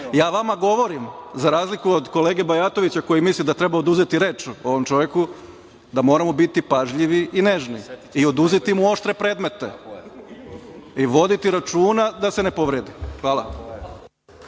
Ja vama govorim za razliku od kolege Bajatovića koji misli da treba oduzeti reč ovom čoveku, da moramo biti pažljivi i nežni i oduzeti mu oštre predmete i voditi računa da se ne povredi. Hvala.